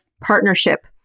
partnership